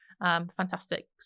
fantastic